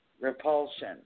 Repulsion